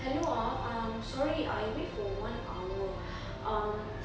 hello ah um sorry I wait for one hour um